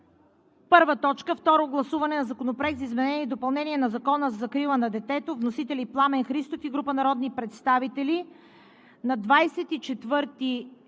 г.: „1. Второ гласуване на Законопроекта за изменение и допълнение на Закона за закрила на детето. Вносители – Пламен Христов и група народни представители, 24